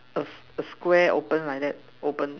a a Square open like that open